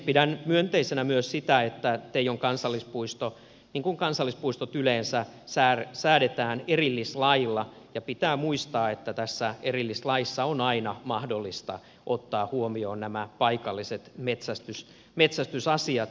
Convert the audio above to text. pidän myönteisenä myös sitä että teijon kansallispuisto niin kuin kansallispuistot yleensä säädetään erillislailla ja pitää muistaa että tässä erillislaissa on aina mahdollista ottaa huomioon nämä paikalliset metsästysasiat